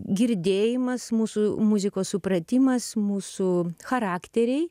girdėjimas mūsų muzikos supratimas mūsų charakteriai